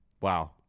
Wow